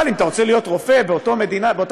אבל אם אתה רוצה להיות רופא באותה מדינה,